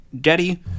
Daddy